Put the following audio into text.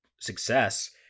success